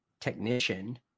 technician